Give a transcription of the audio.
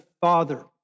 Father